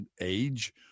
age